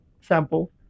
sample